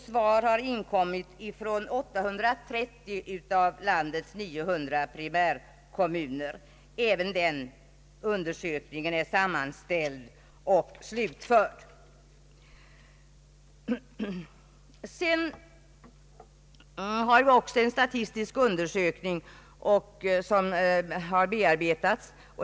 Svar har inkommit från 830 av landets 900 primärkommuner. Även den undersökningen är sammanställd och slutförd. Även en statistisk undersökning har bearbetats.